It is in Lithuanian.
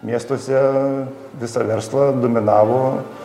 miestuose visą verslą dominavo